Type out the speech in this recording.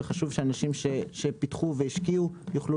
וחשוב שאנשים שפיתחו והשקיעו יוכלו